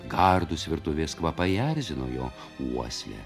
gardūs virtuvės kvapai erzino jo uoslę